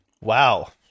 wow